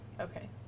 Okay